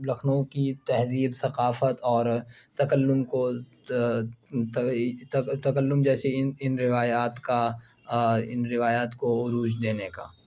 لکھنؤ کی تہذیب ثقافت اور تکلّم کو تکلّم جیسی اِن اِن روایات کا اِن روایات کو عروج دینے کا